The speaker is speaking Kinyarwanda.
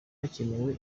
hakenewe